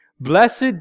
Blessed